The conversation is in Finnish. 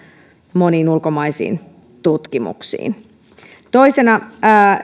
moniin ulkomaisiin tutkimuksiin toisena